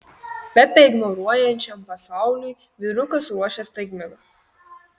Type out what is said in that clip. pepę ignoruojančiam pasauliui vyrukas ruošia staigmena